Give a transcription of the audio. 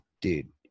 dude